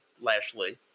Lashley